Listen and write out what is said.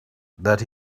that